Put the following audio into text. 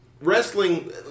wrestling